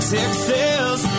Texas